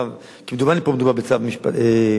כמדומני, פה מדובר בצו משפטי,